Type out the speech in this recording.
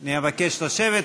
אני אבקש לשבת,